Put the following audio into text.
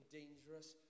dangerous